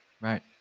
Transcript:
right